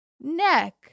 neck